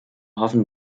hoffen